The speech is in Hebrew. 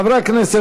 חברי הכנסת,